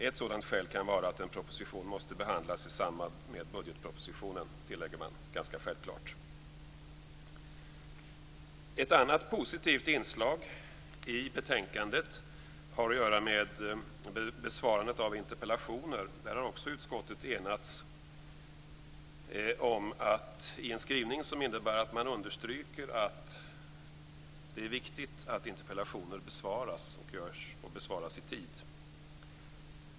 Ett sådant skäl kan vara att en proposition måste behandlas i samband med budgetpropositionen, tillägger man ganska självklart. Ett annat positivt inslag i betänkandet har att göra med besvarandet av interpellationer. Där har också utskottet enats om en skrivning som innebär att man understryker att det är viktigt att interpellationer besvaras och besvaras i tid.